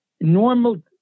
normal